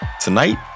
Tonight